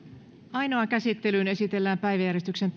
ainoaan käsittelyyn esitellään päiväjärjestyksen